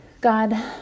God